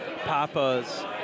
Papa's